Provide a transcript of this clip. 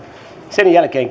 sen jälkeen